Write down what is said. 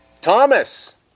Thomas